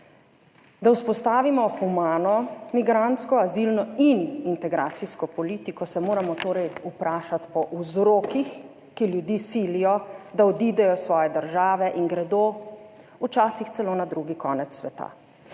Da vzpostavimo humano migrantsko, azilno in integracijsko politiko se moramo torej vprašati po vzrokih, ki ljudi silijo, da odidejo iz svoje države in gredo včasih celo na drugi konec sveta.